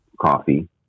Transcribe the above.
coffee